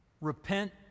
Repent